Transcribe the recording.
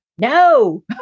No